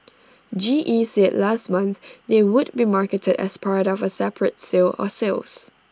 G E said last month they would be marketed as part of A separate sale or sales